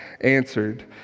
answered